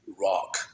rock